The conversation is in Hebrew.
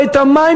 או את המים,